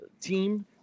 team